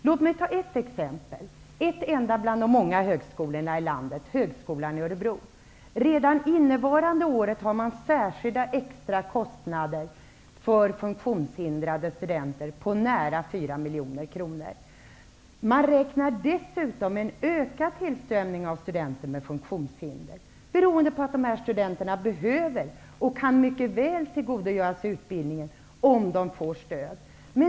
Låt mig ta ett exempel, nämligen högskolan i Redan innevarande år har högskolan särskilda extra kostnader för studenter med funktionshinder på nära 4 miljoner kronor. Skolan räknar dessutom med en ökad tillströmning av studenter med funktionshinder. Det beror på att studenterna behöver och mycket väl kan tillgodogöra sig utbildningen om de får stöd.